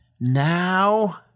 now